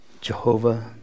Jehovah